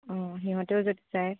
অঁ সিহঁতেও যদি যায়